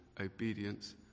obedience